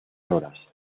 horas